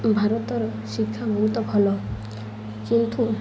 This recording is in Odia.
ଭାରତର ଶିକ୍ଷା ବହୁତ ଭଲ କିନ୍ତୁ